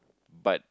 but